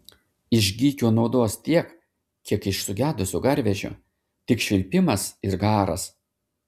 iš gykio naudos tiek kiek iš sugedusio garvežio tik švilpimas ir garas